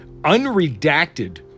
unredacted